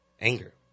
anger